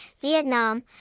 Vietnam